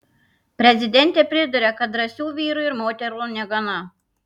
prezidentė priduria kad drąsių vyrų ir moterų negana